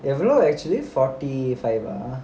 you know actually forty five lah